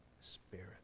Spirit